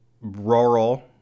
rural